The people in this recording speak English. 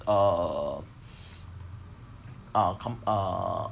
uh uh com~ uh